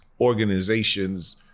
organizations